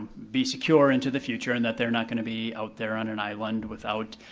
be secure into the future and that they're not gonna be out there on an island without,